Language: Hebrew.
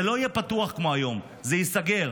זה לא יהיה פתוח כמו היום, זה ייסגר.